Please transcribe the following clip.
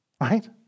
right